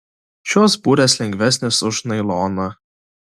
šios burės lengvesnės už nailoną